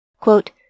quote